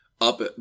up